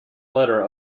letter